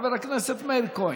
חבר הכנסת מאיר כהן.